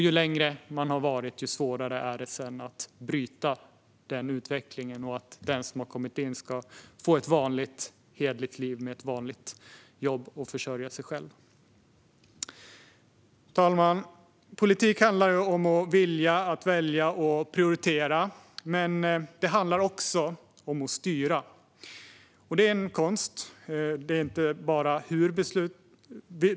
Ju längre de har varit där, desto svårare är det att sedan bryta denna utveckling för att få ett vanligt hederligt liv med ett vanligt jobb och försörja sig själva. Fru talman! Politik handlar om att vilja, välja och prioritera. Men politik handlar också om att styra. Det är en konst.